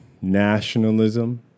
nationalism